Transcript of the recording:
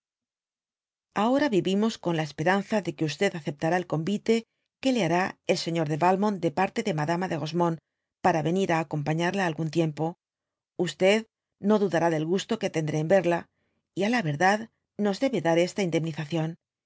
ahora vivimos con la esperanza de que aceptará el convite que le hará el señor de valmont de parte de madama de rosemonde para venir á acompañarla algún tiempo no dudará del gusto que tendré en verla y á la verdad nos debe dar esta indemnización